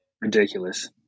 ridiculous